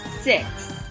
six